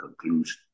conclusion